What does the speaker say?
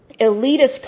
elitist